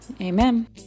amen